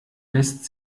lässt